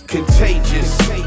Contagious